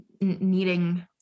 needing